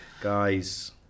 Guys